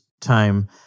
time